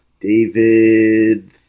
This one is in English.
David